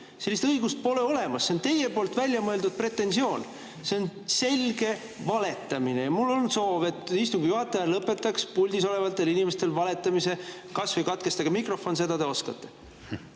Sellist õigust pole olemas! See on teie poolt välja mõeldud pretensioon. See on selge valetamine. Mul on soov, et istungi juhataja lõpetaks puldis olevate inimeste valetamise. Kas või [sulgege] mikrofon, seda te oskate.